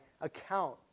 account